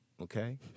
Okay